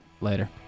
later